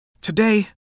Today